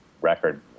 record